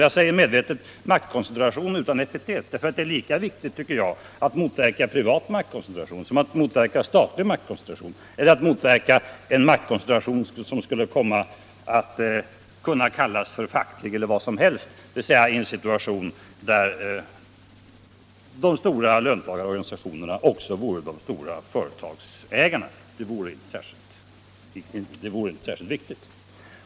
Jag säger medvetet maktkoncentration utan epitet därför att jag anser att det är viktigt att motverka såväl privat maktkoncentration som statlig maktkoncentration eller en maktkoncentration som skulle kunna kallas facklig eller vad som helst, dvs. en situation där de stora löntagarorganisationerna också vore de stora företagsägarna.